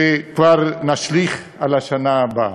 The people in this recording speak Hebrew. וכבר נשליך על השנה הבאה.